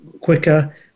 quicker